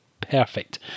perfect